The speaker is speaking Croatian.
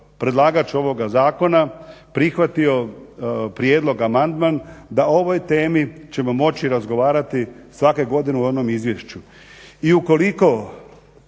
predlagač ovoga zakona prihvatio prijedlog, amandman da o ovoj temi ćemo moći razgovarati svake godine u onom izvješću. I ukoliko